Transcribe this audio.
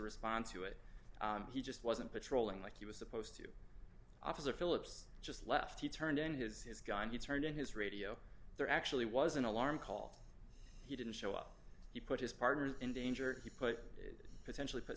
respond to it he just wasn't patrolling like he was supposed to officer phillips just left he turned in his his gun he turned on his radio there actually was an alarm call he didn't show up he put his partner in danger he put potentially put